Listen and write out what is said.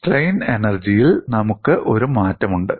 strain എനർജിയിൽ നമുക്ക് ഒരു മാറ്റമുണ്ട്